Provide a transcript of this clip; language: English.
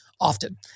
often